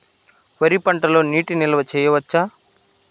వరి పంటలో నీటి నిల్వ చేయవచ్చా?